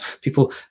people